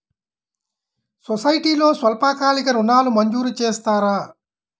సొసైటీలో స్వల్పకాలిక ఋణాలు మంజూరు చేస్తారా?